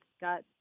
got